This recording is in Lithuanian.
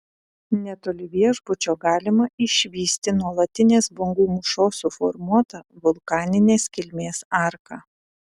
netoli viešbučio galima išvysti nuolatinės bangų mūšos suformuotą vulkaninės kilmės arką